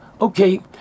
okay